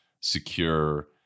secure